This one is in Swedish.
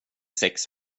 sex